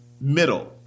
middle